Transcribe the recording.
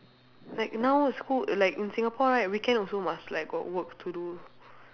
like now school like in singapore right weekend also must like got work to do